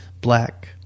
Black